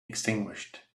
extinguished